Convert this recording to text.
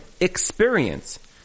Experience